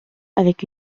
avec